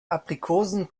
aprikosen